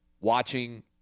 watching